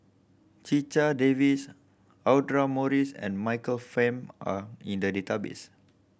Checha Davies Audra Morrice and Michael Fam are in the database